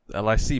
LIC